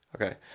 Okay